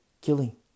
Killing